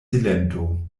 silento